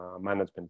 management